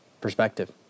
perspective